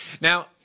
Now